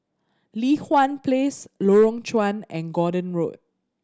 Li Hwan Place Lorong Chuan and Gordon Road